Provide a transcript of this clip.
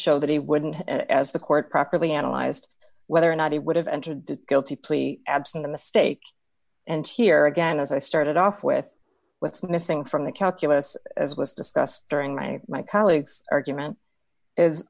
show that he wouldn't as the court properly analyzed whether or not he would have entered did guilty plea absent a mistake and here again as i started off with what's missing from the calculus as was discussed during my my colleague's argument is